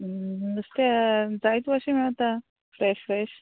नुस्तें जायत भाशीन मेवता फ्रॅश फ्रॅश